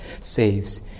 saves